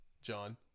john